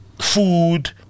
food